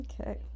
Okay